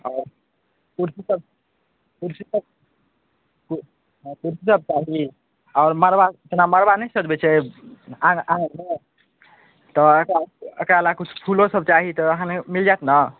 आओर कुरसीसब कुरसीसब कुरसीसब चाही आओर मड़बा जेना मड़बा नहि सजबै छै अहाँके तऽ एकरा ले किछु फूलोसब चाही तऽ अहाँलग मिलि जाएत ने